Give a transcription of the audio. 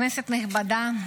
כנסת נכבדה,